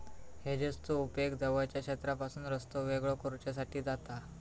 हेजेसचो उपेग जवळच्या क्षेत्रापासून रस्तो वेगळो करुच्यासाठी जाता